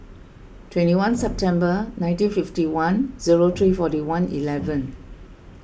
twenty one September nineteen fifty one zero three forty one eleven